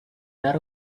that